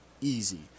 easy